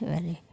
এবারে